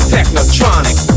Technotronic